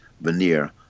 veneer